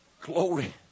Glory